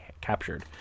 captured